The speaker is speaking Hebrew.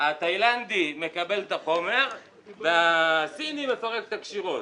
התאילנדי מקבל את החומר והסיני מפרק את הקשירות.